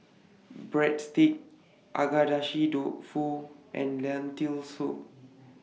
Breadsticks Agedashi Dofu and Lentil Soup